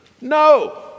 No